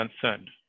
concerned